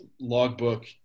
logbook